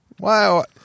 Wow